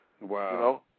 Wow